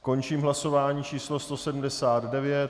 Končím hlasování číslo 179.